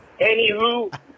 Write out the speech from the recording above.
Anywho